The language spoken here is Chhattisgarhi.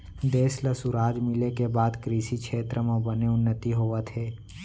देस ल सुराज मिले के बाद कृसि छेत्र म बने उन्नति होवत हे